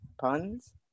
Puns